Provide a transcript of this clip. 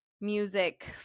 music